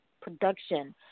production